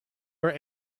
where